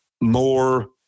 more